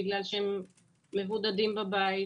בגלל שהם מבודדים בבית,